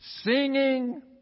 singing